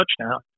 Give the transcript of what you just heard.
touchdown